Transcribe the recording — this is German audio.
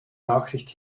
nachricht